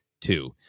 two